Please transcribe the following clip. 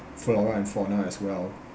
flora and fauna as well